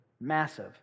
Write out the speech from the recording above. massive